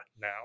now